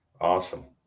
Awesome